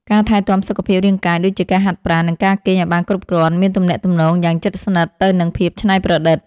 ការថែទាំសុខភាពរាងកាយ ដូចជាការហាត់ប្រាណ និងការគេងឱ្យបានគ្រប់គ្រាន់ មានទំនាក់ទំនងយ៉ាងជិតស្និទ្ធទៅនឹងភាពច្នៃប្រឌិត។